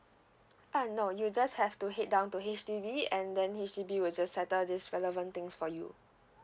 uh no you just have to head down to H_D_B and then H_D_B will just settle this relevant things for you